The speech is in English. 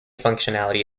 functionality